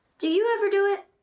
do you ever do it?